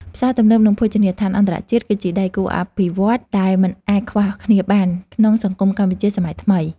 ផ្សារទំនើបនិងភោជនីយដ្ឋានអន្តរជាតិ គឺជាដៃគូអភិវឌ្ឍន៍ដែលមិនអាចខ្វះគ្នាបានក្នុងសង្គមកម្ពុជាសម័យថ្មី។